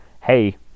hey